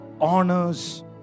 honors